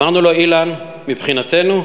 אמרנו לו: אילן, מבחינתנו,